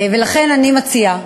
ולכן אני מציעה,